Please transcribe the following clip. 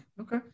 Okay